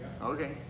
Okay